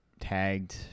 tagged